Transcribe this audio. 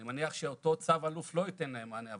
אני מניח שאותו צו אלוף לא ייתן להם מענה.